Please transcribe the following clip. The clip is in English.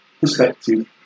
perspective